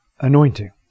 anointing